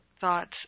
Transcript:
thoughts